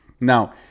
Now